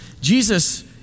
Jesus